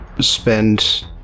spend